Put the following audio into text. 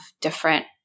different